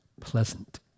pleasant